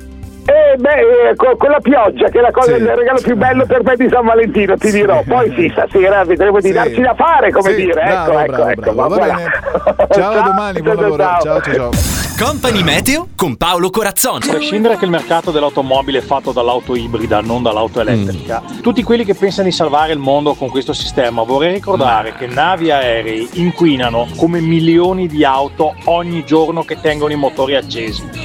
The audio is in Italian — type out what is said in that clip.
Eh, beh, eh, co- con la pioggia, che è la cosa- Sì. il regalo Sì. più bello per me di San Valentino, ti Sì. dirò. Poi sì, stasera vedremo di Sì. darci da fare, come Sì. dire. Sì, bravo, Ecco, ecco, bravo, ecco, bravo. ma Va voilà. bene. Ciao, a Ciao, domani, buon ciao, ciao, lavoro. ciao. Ciao, ciao, ciao. Company Meteo con Paolo Corazzoni. A prescindere che il mercato dell'automobile è fatto dall'auto ibrida, non dall'auto elettrica, Mm. tutti quelli che pensano di salvare il mondo con questo sistema, vorrei ricordare Ma- che navi, aerei inquinano come milioni di auto ogni giorno che tengono i motori accesi.